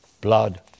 blood